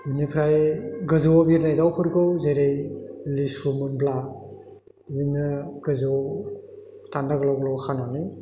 बिनिफ्राय गोजौआव बिरनाय दाउफोरखौ जेरै लिसु मोनब्ला बिदिनो गोजौ दान्दा गोलाव गोलाव खानानै